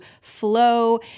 flow